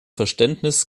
verständnis